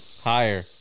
Higher